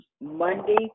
Monday